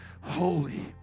holy